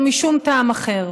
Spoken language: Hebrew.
לא משום טעם אחר.